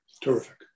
Terrific